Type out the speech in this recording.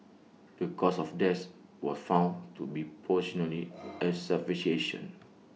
the cause of death was found to be asphyxiation